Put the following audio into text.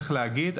צריך להגיד,